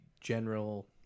general